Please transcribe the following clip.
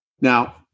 Now